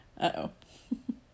uh-oh